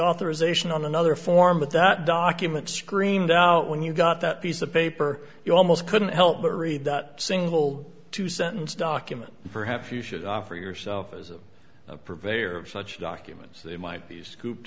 authorization on another form but that document screamed out when you got that piece of paper you almost couldn't help but read that single two sentence document perhaps you should offer yourself as a purveyor of such documents they might these cooped